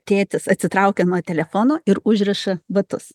tėtis atsitraukia nuo telefono ir užriša batus